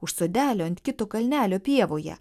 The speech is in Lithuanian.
už sodelio ant kito kalnelio pievoje